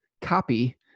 copy